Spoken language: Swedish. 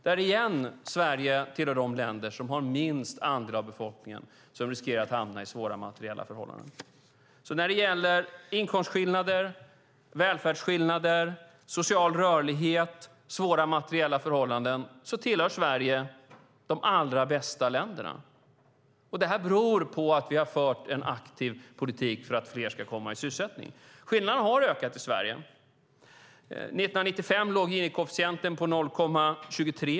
Där hör Sverige återigen till de länder som har minst andel av befolkningen som riskerar att hamna i svåra materiella förhållanden. När det gäller inkomstskillnader, välfärdsskillnader, social rörlighet, svåra materiella förhållanden tillhör Sverige de allra bästa länderna. Det beror på att vi har fört en aktiv politik för att fler ska komma i sysselsättning. Skillnaderna har ökat i Sverige. 1995 låg Gini-koefficienten på 0,23.